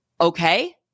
Okay